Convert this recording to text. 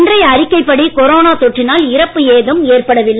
இன்றையஅறிக்கைபடி கொரோனாதொற்றினால்இறப்புஏதும்ஏற்படவில்லை